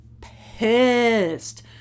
pissed